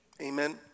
Amen